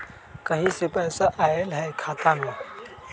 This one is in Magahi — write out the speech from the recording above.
कहीं से पैसा आएल हैं खाता में?